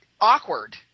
awkward